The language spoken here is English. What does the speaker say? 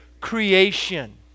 creation